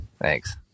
Thanks